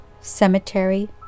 cemetery